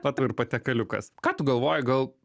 va tau ir patiekaliukas ką tu galvoji gal